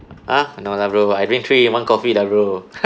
ah no lah bro I drink three in one coffee lah bro